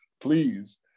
please